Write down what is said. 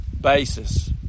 basis